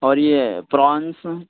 اور یہ پراؤنس